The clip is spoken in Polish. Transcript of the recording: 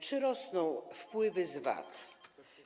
Czy rosną wpływy z VAT?